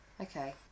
Okay